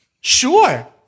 Sure